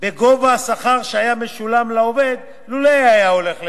בגובה השכר שהיה משולם לעובד לולא היה הולך למילואים.